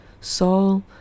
Saul